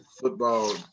football